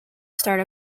start